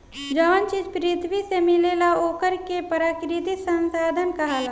जवन चीज पृथ्वी से मिलेला ओकरा के प्राकृतिक संसाधन कहाला